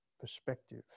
perspective